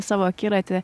savo akiraty